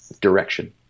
direction